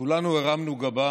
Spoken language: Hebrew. וכולנו הרמנו גבה,